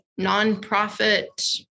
nonprofit